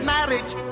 Marriage